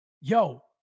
Yo